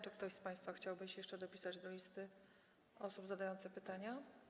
Czy ktoś z państwa chciałby się jeszcze dopisać do listy osób zadających pytania?